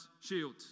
shield